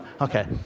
Okay